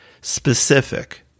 specific